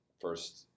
first